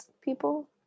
people